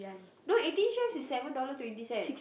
no Eighteen-Chefs is seven dollar twenty cent